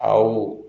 ଆଉ